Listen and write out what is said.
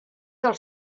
del